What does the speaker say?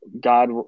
God